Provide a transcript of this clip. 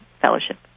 fellowship